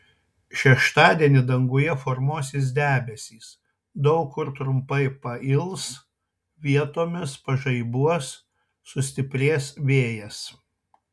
šeštadienį danguje formuosis debesys daug kur trumpai pails vietomis pažaibuos sustiprės vėjas